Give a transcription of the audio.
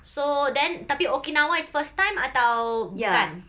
so then tapi okinawa is first time atau bukan